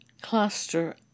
cluster